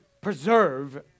preserve